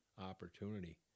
opportunity